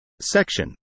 Section